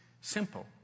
simple